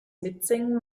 mitsingen